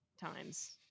times